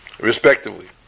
respectively